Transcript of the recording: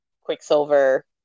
quicksilver